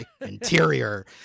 interior